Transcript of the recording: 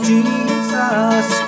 Jesus